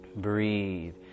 breathe